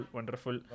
Wonderful